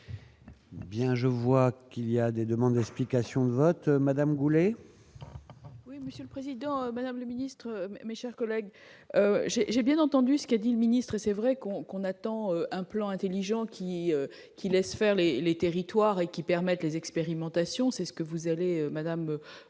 Bien je vois qu'il y a des demandes d'explications de vote Madame Goulet. Monsieur le Président, Madame le Ministre, mes chers collègues, j'ai bien entendu ce qu'a dit le ministre, et c'est vrai qu'on qu'on attend un plan intelligent qui qui laissent faire les les territoires et qui permettent les expérimentations, c'est ce que vous avez Madame proposé